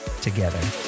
together